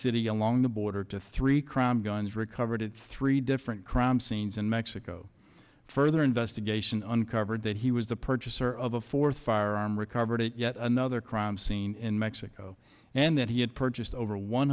city along the border to three crime guns recovered at three different crime scenes in mexico further investigation uncovered that he was the purchaser of a fourth firearm recovered at yet another crime scene in mexico and that he had purchased over one